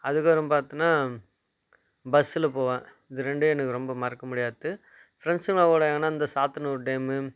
அதுக்கப்புறம் பார்த்தினா பஸ்ல போவேன் இது ரெண்டும் எனக்கு ரொம்ப மறக்க முடியாதது ஃப்ரெண்ட்ஸ்ஸுங்க கூட எங்கனா இந்த சாத்தனூர் டேம்